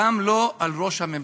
גם לא על ראש הממשלה.